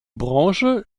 branche